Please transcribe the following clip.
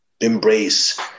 embrace